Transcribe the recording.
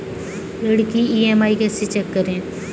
ऋण की ई.एम.आई कैसे चेक करें?